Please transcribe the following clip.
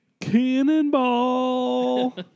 Cannonball